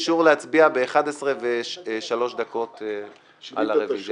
בקשו מהיושב-ראש אישור להצביע בשעה 11:03 על הרביזיה,